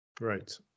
right